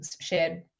shared